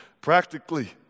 practically